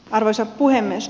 arvoisa puhemies